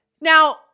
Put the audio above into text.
Now